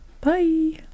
bye